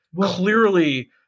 clearly